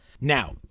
Now